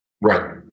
Right